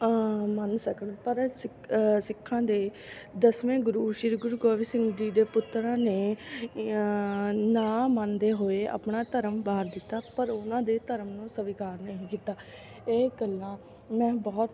ਮੰਨ ਸਕਣ ਪਰ ਸਿੱ ਸਿੱਖਾਂ ਦੇ ਦਸਵੇਂ ਗੁਰੂ ਸ਼੍ਰੀ ਗੁਰੂ ਗੋਬਿੰਦ ਸਿੰਘ ਜੀ ਦੇ ਪੁੱਤਰਾਂ ਨੇ ਨਾ ਮੰਨਦੇ ਹੋਏ ਆਪਣਾ ਧਰਮ ਵਾਰ ਦਿੱਤਾ ਪਰ ਉਹਨਾਂ ਦੇ ਧਰਮ ਨੂੰ ਸਵੀਕਾਰ ਨਹੀਂ ਕੀਤਾ ਇਹ ਗੱਲਾਂ ਮੈਂ ਬਹੁਤ